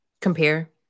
compare